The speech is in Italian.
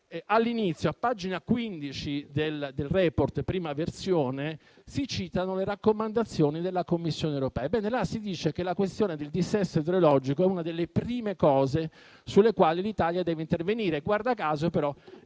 all'inizio, a pagina 15 del *report* (nella prima versione), si citano le raccomandazioni della Commissione europea. Ebbene, si dice che la questione del dissesto idrogeologico è una delle prime sulle quali l'Italia deve intervenire. Guarda caso però